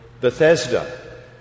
Bethesda